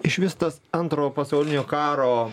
iš vis tas antrojo pasaulinio karo